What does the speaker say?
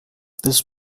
this